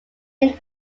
named